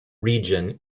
region